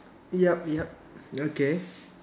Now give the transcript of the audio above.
yup yup okay